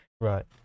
Right